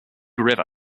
river